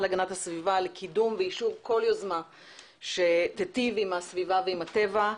להגנת הסביבה לקידום ואישור כל יוזמה שתיטיב עם הסביבה ועם הטבע.